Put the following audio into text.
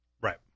Right